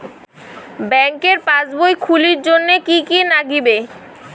ব্যাঙ্কের পাসবই খুলির জন্যে কি কি নাগিবে?